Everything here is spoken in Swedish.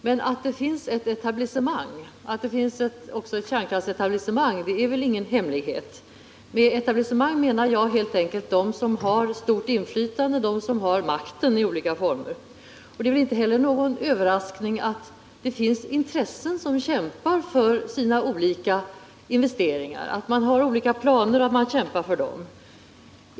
Men att det finns ett etablissemang och även ett kärnkraftsetablissemang är väl ingen hemlighet. Med etablissemang menar jag helt enkelt dem som har stort inflytande, dem som har makten i olika former. Det är väl inte heller någon överraskning att det finns intressen som kämpar för sina gjorda investeringar — att man har olika planer och att man kämpar för dem.